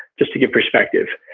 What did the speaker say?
just to get perspective.